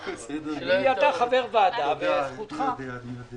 תקופה של ממשלת מעבר לתקופה של ממשלות קבע